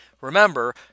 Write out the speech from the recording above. remember